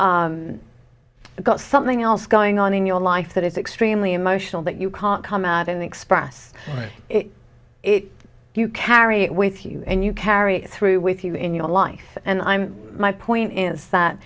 got something else going on in your life that is extremely emotional that you can't come out and express it you carry it with you and you carry it through with you in your life and i'm my point is that